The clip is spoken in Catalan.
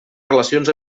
relacions